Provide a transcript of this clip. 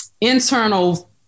internal